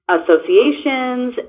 associations